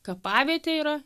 kapavietė yra